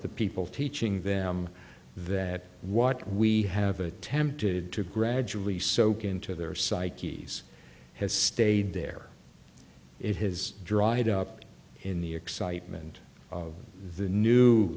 people teaching them that what we have attempted to gradually soak into their psyches has stayed there it has dried up in the excitement of the new